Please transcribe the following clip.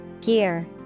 Gear